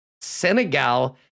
Senegal